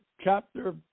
chapter